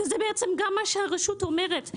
וזה בעצם מה שהרשות אומרת.